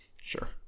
Sure